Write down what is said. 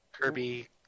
Kirby